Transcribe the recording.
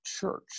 church